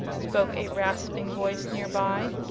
spoke a rasping voice near by.